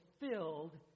fulfilled